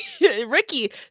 Ricky